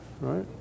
Right